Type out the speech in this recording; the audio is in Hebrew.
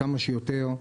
כמה שיותר,